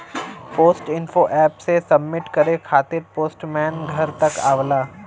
post info app से submit करे खातिर पोस्टमैन घर तक आवला